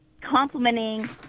Complimenting